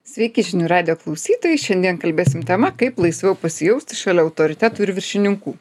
sveiki žinių radijo klausytojai šiandien kalbėsim tema kaip laisviau pasijausti šalia autoritetų ir viršininkų